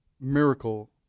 miracle